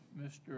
Mr